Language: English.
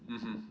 mmhmm